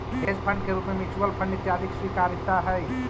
hedge fund के रूप में म्यूच्यूअल फंड इत्यादि के स्वीकार्यता हई